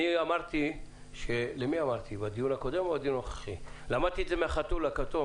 באחד הדיונים אמרתי שלמדתי מהחתול הכתום